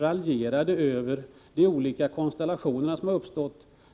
raljerade Ulf Lönnqvist kraftigt över de olika konstellationer som uppstått.